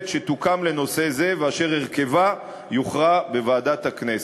שתוקם לנושא זה ואשר הרכבה יוכרע בוועדת הכנסת.